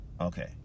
okay